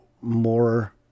more